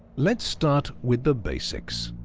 let's start with the basics.